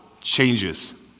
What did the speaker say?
changes